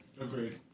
Agreed